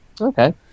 Okay